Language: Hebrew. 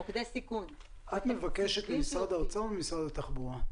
את ממבקשת ממשרד האוצר או ממשרד התחבורה?